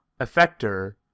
Effector